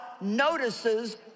notices